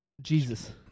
Jesus